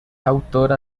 autora